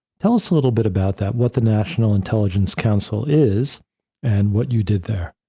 tell us a little bit about that. what the national intelligence council is and what you did there?